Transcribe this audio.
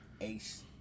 Ace